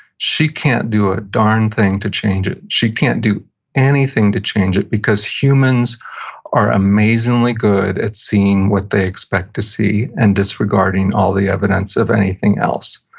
she can't do a darn thing to change it. she can't do anything to change it, because humans are amazingly good at seeing what they expect to see, and disregarding all the evidence of anything else.